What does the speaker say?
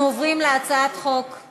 [מס' כ/586, "דברי הכנסת",